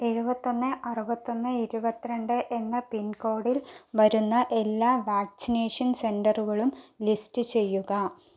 എഴുപത്തി ഒന്ന് അറുപത്തിയൊന്ന് ഇരുപത്തിരണ്ട് എന്ന പിൻകോഡിൽ വരുന്ന എല്ലാ വാക്സിനേഷൻ സെന്ററുകളും ലിസ്റ്റ് ചെയ്യുക